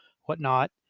whatnot